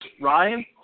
Ryan